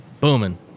booming